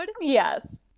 yes